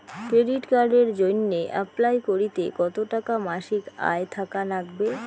Credit কার্ডের জইন্যে apply করিতে কতো টাকা মাসিক আয় থাকা নাগবে?